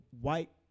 white